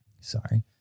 sorry